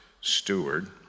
steward